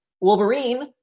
Wolverine